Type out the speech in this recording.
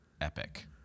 epic